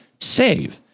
Save